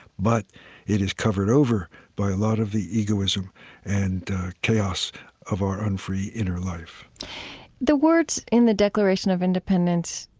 but it is covered over by a lot of the egoism and chaos of our unfree inner life the words in the declaration of independence,